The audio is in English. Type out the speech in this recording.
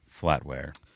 flatware